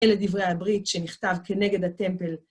אלה דברי הברית שנכתב כנגד הטמפל.